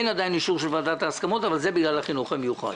אין עדיין אישור של ועדת ההסכמות בגלל החינוך המיוחד.